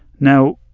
now,